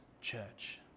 church